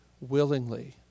willingly